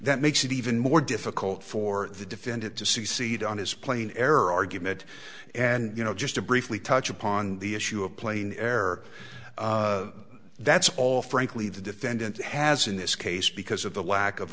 that makes it even more difficult for the defendant to succeed on his plane air argument and you know just to briefly touch upon the issue of plane air that's all frankly the defendant has in this case because of the lack of